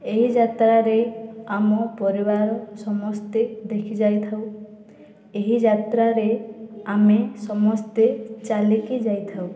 ଏହି ଯାତ୍ରାରେ ଆମ ପରିବାର ସମସ୍ତେ ଦେଖିଯାଇଥାଉ ଏହି ଯାତ୍ରାରେ ଆମେ ସମସ୍ତେ ଚାଲିକି ଯାଇଥାଉ